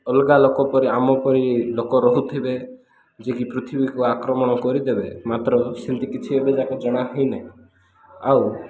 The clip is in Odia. ଅଲଗା ଲୋକ ପରି ଆମ ପରି ଲୋକ ରହୁଥିବେ ଯିଏକିି ପୃଥିବୀକୁ ଆକ୍ରମଣ କରିଦେବେ ମାତ୍ର ସେମିତି କିଛି ଏବେ ଯାଏଁକେ ଜଣା ହୋଇନାହିଁ ଆଉ